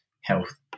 health